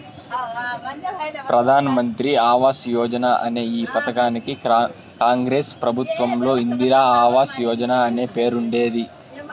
ప్రధాన్ మంత్రి ఆవాస్ యోజన అనే ఈ పథకానికి కాంగ్రెస్ ప్రభుత్వంలో ఇందిరా ఆవాస్ యోజన అనే పేరుండేది